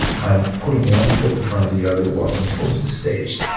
i'm putting one foot in front of the other, walking towards the stage.